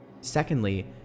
Secondly